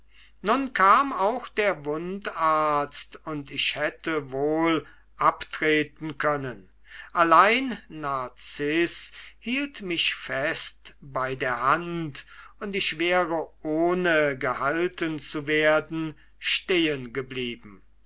nun kam auch der wundarzt und ich hätte wohl abtreten können allein narziß hielt mich fest bei der hand und ich wäre ohne gehalten zu werden